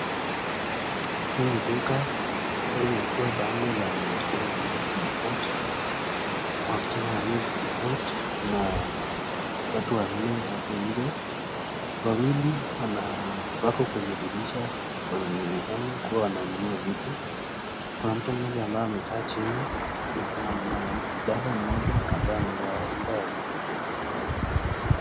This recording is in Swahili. Hii ni duka ambayo imeekewa bango la Mount Kenya Milk depot na watu wanne hapo nje, wawili wako kwenye dirisha inaonekana kuwa wananunua vitu. Kuna mtu mmoja amekaa chini na kuna mwanadada mmoja ambaye amevaa rinda ya nyeusi.